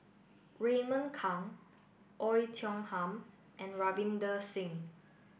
Raymond Kang Oei Tiong Ham and Ravinder Singh